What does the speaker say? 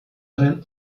arren